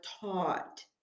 taught